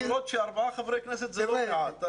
למרות שחמישה חברי כנסת זה לא מעט.